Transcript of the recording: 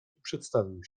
przedstawił